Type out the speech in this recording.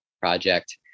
project